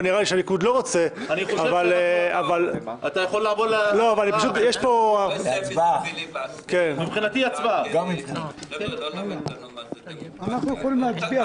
ונראה לי שהליכוד לא רוצה --- מבחינתי אנחנו יכולים להצביע